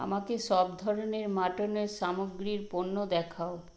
আমাকে সব ধরনের মাটনের সামগ্রীর পণ্য দেখাও